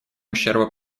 ущерба